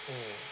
mm